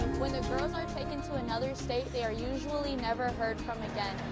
when the girls are taken to another state, they are usually never heard from again.